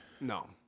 No